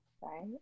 right